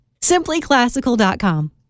simplyclassical.com